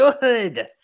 good